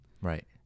Right